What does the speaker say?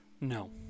No